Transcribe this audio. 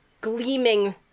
gleaming